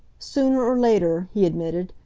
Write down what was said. sooner or later, he admitted,